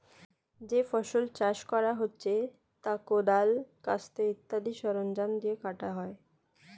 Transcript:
যে ফসল চাষ করা হচ্ছে তা কোদাল, কাস্তে ইত্যাদি সরঞ্জাম দিয়ে কাটা হয়